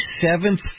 seventh